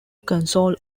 console